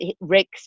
Rick